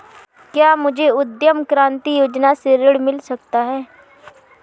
क्या मुझे उद्यम क्रांति योजना से ऋण मिल सकता है?